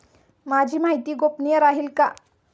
माझी माहिती गोपनीय राहील का?